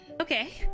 Okay